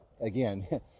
Again